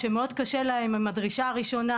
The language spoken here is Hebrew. שקשה להם מאוד עם הדרישה הראשונה,